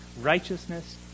righteousness